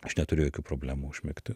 aš neturiu jokių problemų užmigti